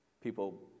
People